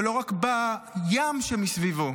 ולא רק בים שמסביבו.